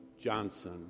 Johnson